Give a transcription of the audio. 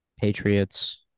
Patriots